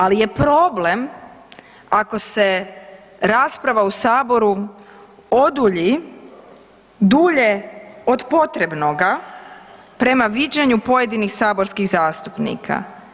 Ali je problem ako se rasprava u Saboru odulji dulje od potrebnoga prema viđenju pojedinih saborskih zastupnika.